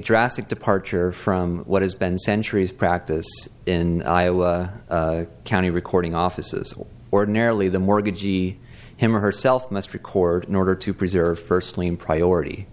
drastic departure from what has been centuries practice in iowa county recording offices ordinarily the mortgagee him or herself must record in order to preserve firstly in priority